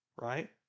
Right